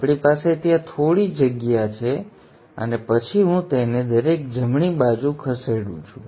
તેથી આપણી પાસે ત્યાં થોડી જગ્યા છે અને પછી હું તેને દરેક જમણી બાજુ ખસેડું છું